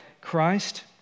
Christ